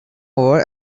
over